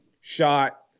shot